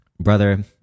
brother